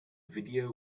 video